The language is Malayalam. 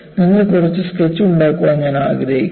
നിങ്ങൾ കുറച്ച് സ്കെച്ച് ഉണ്ടാക്കാൻ ഞാൻ ആഗ്രഹിക്കുന്നു